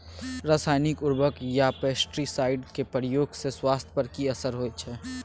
रसायनिक उर्वरक आ पेस्टिसाइड के प्रयोग से स्वास्थ्य पर कि असर होए छै?